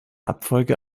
abfolge